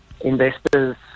investors